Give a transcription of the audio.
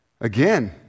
Again